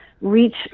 reach